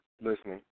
listening